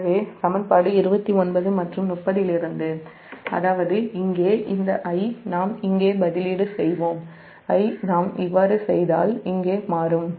எனவே சமன்பாடு 29 மற்றும் 30 இலிருந்து இந்த I நாம் இங்கே பதிலீடு செய்வோம் I நாம் அவ்வாறு செய்தால் இங்கே மாறும்